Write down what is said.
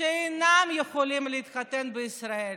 שאינם יכולים להתחתן בישראל